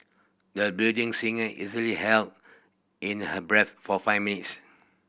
the budding singer easily held in her breath for five minutes